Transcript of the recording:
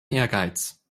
ehrgeiz